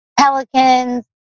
pelicans